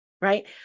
right